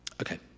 Okay